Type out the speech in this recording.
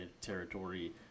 territory